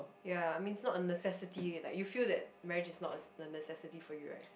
ya I mean it's not a necessity like you feel that marriage is not a necessity for you right